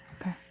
Okay